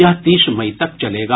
यह तीस मई तक चलेगा